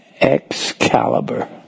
Excalibur